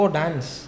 dance